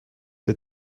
der